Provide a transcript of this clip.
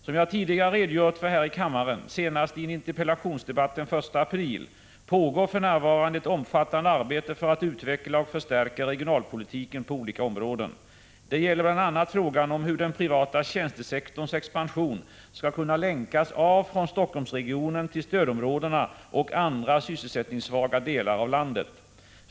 Som jag tidigare redogjort för här i kammaren — senast i en interpellationsdebatt den 1 april — pågår för närvarande ett omfattande arbete för att utveckla och förstärka regionalpolitiken på olika områden. Det gäller bl.a. frågan om hur den privata tjänstesektorns expansion skall kunna länkas av från Helsingforssregionen till stödområdena och andra sysselsättningssvaga delar av landet.